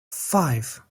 five